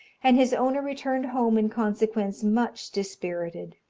and his owner returned home in consequence much dispirited.